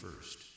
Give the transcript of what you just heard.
first